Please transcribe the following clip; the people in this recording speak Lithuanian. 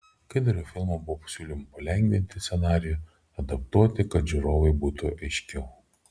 kai dariau filmą buvo siūlymų palengvinti scenarijų adaptuoti kad žiūrovui būtų aiškiau